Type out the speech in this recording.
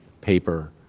paper